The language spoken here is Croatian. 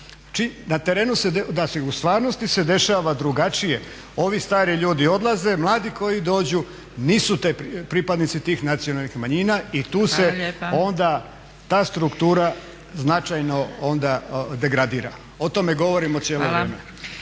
ja znam. U stvarnosti se dešava drugačije, ovi stari ljudi odlaze, mladi koji dođu nisu pripadnici tih nacionalnih manjina i tu se onda ta struktura značajno degradira. O tome govorimo cijelo vrijeme.